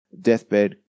deathbed